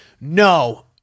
No